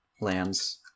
lands